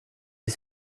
est